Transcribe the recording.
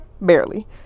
barely